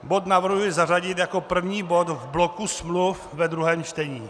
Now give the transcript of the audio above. Bod navrhuji zařadit jako první bod v bloku smluv ve druhém čtení.